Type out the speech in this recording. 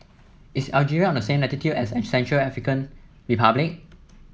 is Algeria on the same latitude as Central African Republic